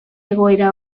egoera